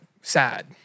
sad